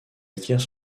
acquiert